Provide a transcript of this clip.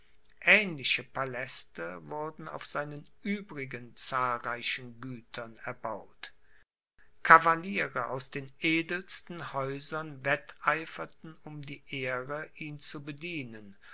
aehnliche paläste wurden auf seinen übrigen zahlreichen gütern erbaut cavaliere aus den edelsten häusern wetteiferten um die ehre ihn zu bedienen